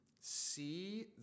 see